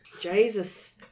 Jesus